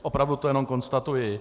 Opravdu to jenom konstatuji.